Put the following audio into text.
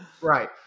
right